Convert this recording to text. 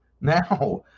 now